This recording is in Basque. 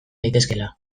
daitezkeela